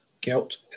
guilt